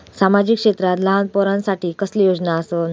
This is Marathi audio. सामाजिक क्षेत्रांत लहान पोरानसाठी कसले योजना आसत?